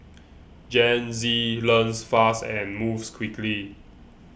Gen Z learns fast and moves quickly